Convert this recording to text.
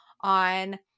on